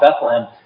Bethlehem